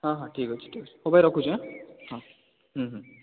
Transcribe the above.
ହଁ ହଁ ଠିକ୍ ଅଛି ଠିକ୍ ଅଛି ହଉ ଭାଇ ରଖୁଛି ହଁ ହଁ